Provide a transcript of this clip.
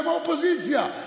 גם מהאופוזיציה,